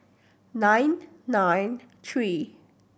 nine nine three